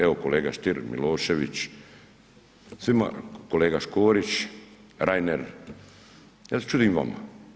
Evo, kolega Stier, Milošević, svima, kolega Škorić, Reiner, ja se čudim vama.